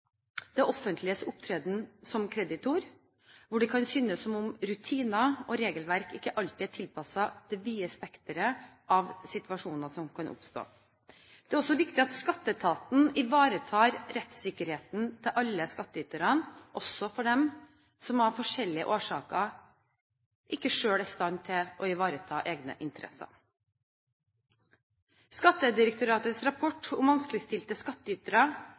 det offentliges opptreden som kreditor, hvor det kan synes som om rutiner og regelverk ikke alltid er tilpasset det vide spekteret av situasjoner som kan oppstå. Det er også viktig at Skatteetaten ivaretar rettssikkerheten til alle skattyterne, også de skattyterne som av forskjellige årsaker ikke selv er i stand til å ivareta egne interesser. Skattedirektoratets rapport om